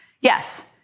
Yes